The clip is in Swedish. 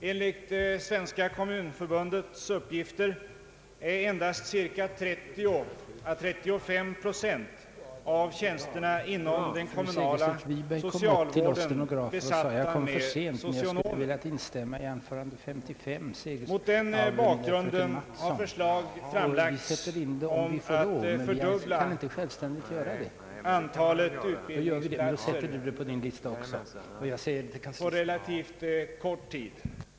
Enligt Svenska kommunförbundets uppgifter är endast 30—35 procent av tjänsterna inom den kommunala socialvården besatta med socionomer. Mot den bakgrunden har förslag framlagts om att fördubbla antalet utbildningsplatser på relativt kort tid.